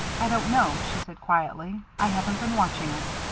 i don't know, she said quietly. i haven't been watching it.